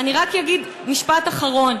אני רק אגיד משפט אחרון.